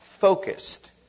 focused